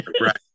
Right